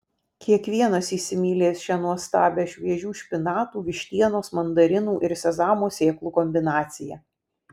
kiekvienas įsimylės šią nuostabią šviežių špinatų vištienos mandarinų ir sezamo sėklų kombinaciją